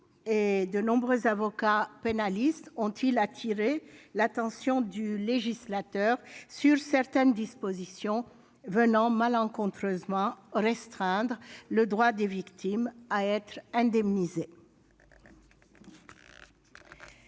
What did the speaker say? et de nombreux avocats pénalistes ont-ils attiré l'attention du législateur sur certaines dispositions venant malencontreusement restreindre le droit des victimes à être indemnisées.